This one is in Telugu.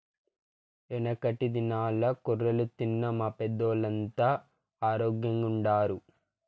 యెనకటి దినాల్ల కొర్రలు తిన్న మా పెద్దోల్లంతా ఆరోగ్గెంగుండారు